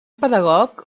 pedagog